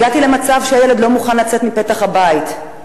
הגעתי למצב שהילד לא מוכן לצאת מפתח הבית,